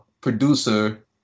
producer